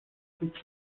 gut